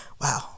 Wow